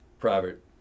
private